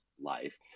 Life